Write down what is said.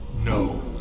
No